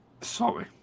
Sorry